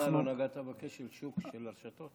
עדיין לא נגעת בכשל שוק של הרשתות.